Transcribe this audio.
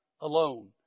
Alone